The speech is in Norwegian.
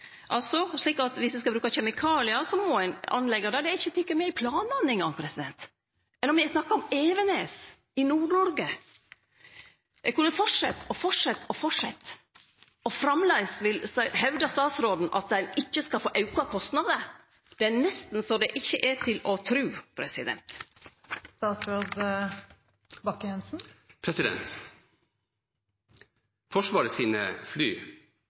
ein skal bruke kjemikaliar, må ein byggje det. Det er ikkje teke med i planane eingong. Me snakkar om Evenes i Nord-Noreg. Eg kunne ha fortsett og fortsett, og framleis hevdar statsråden at dei ikkje skal få auka kostnader. Det er nesten så det ikkje er til å tru.